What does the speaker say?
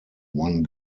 one